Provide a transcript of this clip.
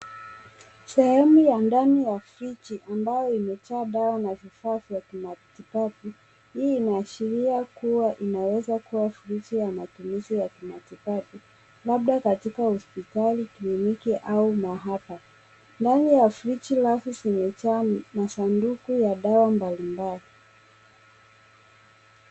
Sehemu ya ndani ya frijii, ambayo imejaa dawa na vifaa vya kimatibabu. Hii inaashiria kuwa inaweza kuwa friji ya matumizi ya kimatibabu, labda katika hospitali, kliniki au mahaba. Ndani friji rafu zimejaa masanduku ya dawa mbalimbali.